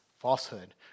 falsehood